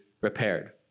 repaired